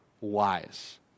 wise